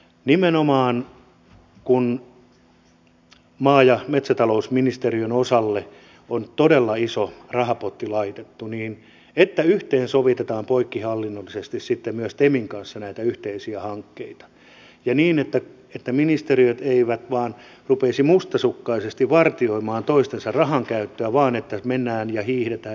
nimenomaan kun maa ja metsätalousministeriön osalle on todella iso rahapotti laitettu niin yhteensovitetaan poikkihallinnollisesti sitten myös temin kanssa näitä yhteisiä hankkeita ja niin että ministeriöt eivät vain rupeaisi mustasukkaisesti vartioimaan toistensa rahankäyttöä vaan mennään ja hiihdetään yhteen maaliin